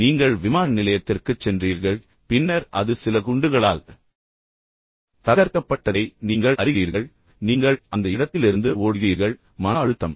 நீங்கள் விமான நிலையத்திற்குச் சென்றீர்கள் பின்னர் அது சில குண்டுகளால் தகர்க்கப்பட்ட்டதை நீங்கள் அறிகிறீர்கள் எனவே நீங்கள் அந்த இடத்திலிருந்து ஓடுகிறீர்கள் மன அழுத்தம்